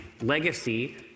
Legacy